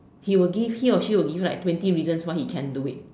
he will give he or she will give you like twenty reasons why he can do it